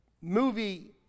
movie